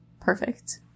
perfect